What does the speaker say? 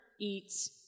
eats